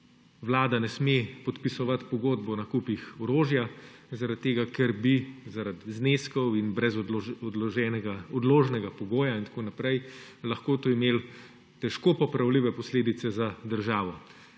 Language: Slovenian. Vlada ne sme podpisovati pogodbo o nakupih orožja, zaradi tega ker bi zaradi zneskov in brez odložnega pogoja in tako naprej lahko to imelo težko popravljive posledice za državo.